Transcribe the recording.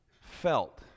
felt